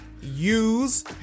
use